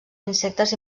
insectes